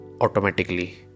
automatically